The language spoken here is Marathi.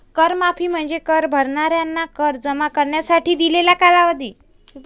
कर माफी म्हणजे कर भरणाऱ्यांना कर जमा करण्यासाठी दिलेला कालावधी